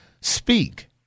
speak